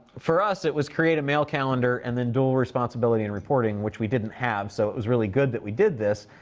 for us, it was create a mail calendar and then dual responsibility in reporting, which we didn't have, so it was really good that we did this.